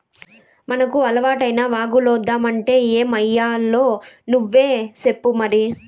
మనకు అలవాటైన రాగులొద్దంటే ఏమయ్యాలో నువ్వే సెప్పు మరి